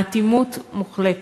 האטימות מוחלטת.